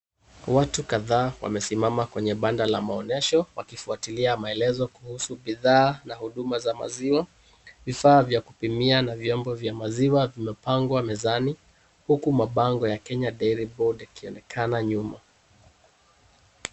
Watu kadhaa wamesimama kwenye banda la maonyesho wakifuatilia maelezo kuhusu bidhaa na huduma za maziwa, vifaa vya kupimia na vyombo vya maziwa vimepangwa mezani, huku mabango ya Kenya Dairy Board yakionekana nyuma.